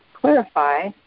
clarify